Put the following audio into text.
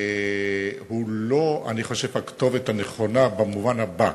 אני חושב שהיא לא הכתובת הנכונה במובן הבא,